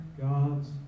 God's